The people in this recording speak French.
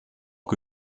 que